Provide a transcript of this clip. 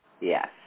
Yes